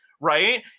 right